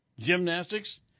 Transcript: gymnastics